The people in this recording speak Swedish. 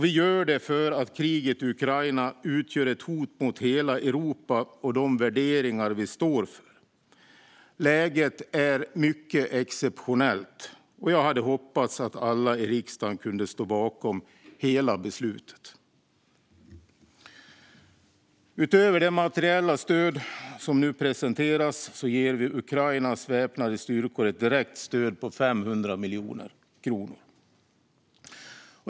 Vi gör det därför att kriget i Ukraina utgör ett hot mot hela Europa och de värderingar vi står för. Läget är exceptionellt, och jag hade hoppats att alla i riksdagen kunde stå bakom hela beslutet. Utöver det materiella stöd som nu presenteras ger vi Ukrainas väpnade styrkor ett direkt stöd på 500 miljoner kronor.